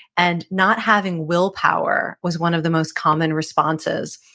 and not having willpower was one of the most common responses.